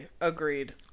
Agreed